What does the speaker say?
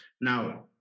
Now